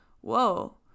whoa